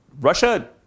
Russia